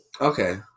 Okay